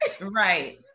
right